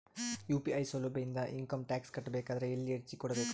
UPI ಸೌಲಭ್ಯ ಇಂದ income tax ಕಟ್ಟಬೇಕಾದರ ಎಲ್ಲಿ ಅರ್ಜಿ ಕೊಡಬೇಕು?